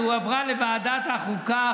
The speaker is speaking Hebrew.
והיא הועברה לוועדת החוקה,